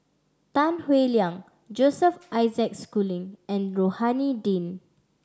Tan Howe Liang Joseph Isaac Schooling and Rohani Din